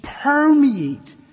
permeate